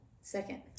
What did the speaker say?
Second